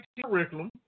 curriculum